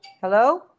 Hello